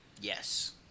Yes